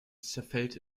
zerfällt